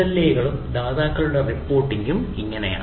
SLA കളും ദാതാക്കളുടെ റിപ്പോർട്ടിംഗും എങ്ങനെയാണ്